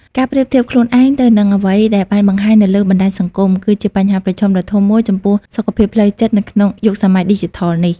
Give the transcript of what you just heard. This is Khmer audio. ការប្រៀបធៀបខ្លួនឯងទៅនឹងអ្វីដែលបានបង្ហាញនៅលើបណ្តាញសង្គម គឺជាបញ្ហាប្រឈមដ៏ធំមួយចំពោះសុខភាពផ្លូវចិត្តនៅក្នុងយុគសម័យឌីជីថលនេះ។